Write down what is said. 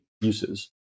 uses